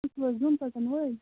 تُہۍ چھُو حظ زیٛن ژَٹَن وٲلۍ